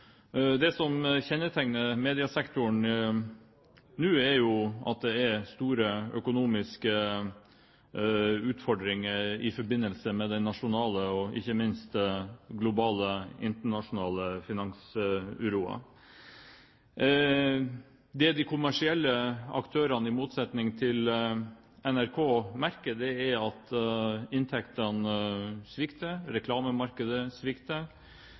Det som kjennetegner mediesektoren nå, er jo at det er store økonomiske utfordringer i forbindelse med den nasjonale og ikke minst den globale, internasjonale finansuroen. Det de kommersielle aktørene, i motsetning til NRK, merker, er at inntektene svikter, reklamemarkedet svikter.